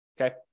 Okay